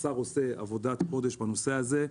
השר עושה עבודת קודש בנושא הזה,